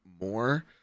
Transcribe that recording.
more